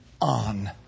on